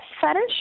fetish